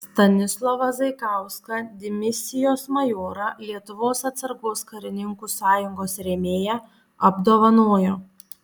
stanislovą zaikauską dimisijos majorą lietuvos atsargos karininkų sąjungos rėmėją apdovanojo